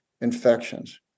infections